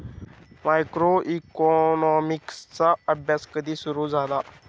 मायक्रोइकॉनॉमिक्सचा अभ्यास कधी सुरु झाला?